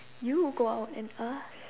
you go out and ask